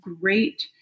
great